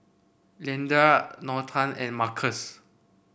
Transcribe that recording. Leandra Norton and Markus